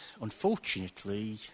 unfortunately